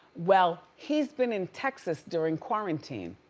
well, he's been in texas during quarantine.